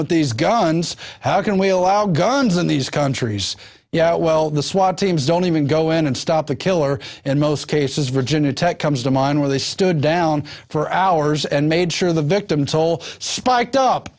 with these guns how can we allow guns in these countries yeah well the swat teams don't even go in and stop the killer in most cases virginia tech comes to mind where they stood down for hours and made sure the victims all spiked up